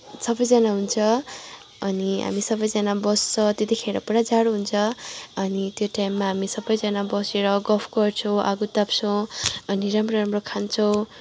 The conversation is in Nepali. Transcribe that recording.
सबैजना हुन्छ अनि हामी सबैजना बस्छ त्यतिखेर पुरा जाडो हुन्छ अनि त्यो टाइममा हामी सबैजना बसेर गफ गर्छौँ आगो ताप्छौँ अनि राम्रो राम्रो खान्छौँ